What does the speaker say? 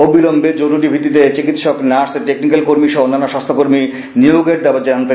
অবিলম্বে জরুরি ভিত্তিতে চিকিৎসক নার্স টেকনিক্যাল কর্মী সহ অন্যান্য স্বাস্থ্য কর্মী নিয়োগের দাবি জানান তিনি